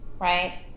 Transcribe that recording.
right